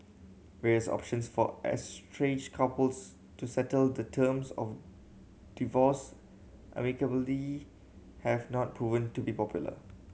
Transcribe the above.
various options for estranged couples to settle the terms of divorce amicably have not proven to be popular